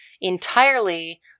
entirely